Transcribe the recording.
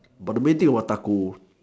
but the main thing about taco